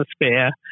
atmosphere